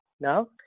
now